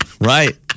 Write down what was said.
Right